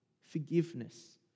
forgiveness